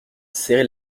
serré